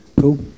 Cool